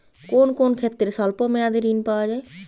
কোন কোন ক্ষেত্রে স্বল্প মেয়াদি ঋণ পাওয়া যায়?